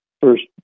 first